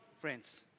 friends